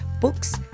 books